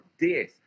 death